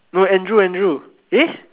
no Andrew Andrew eh